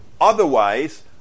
otherwise